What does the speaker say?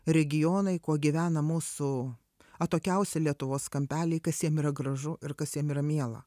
regionai kuo gyvena mūsų atokiausi lietuvos kampeliai kas jiem yra gražu ir kas jiem yra miela